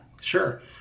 Sure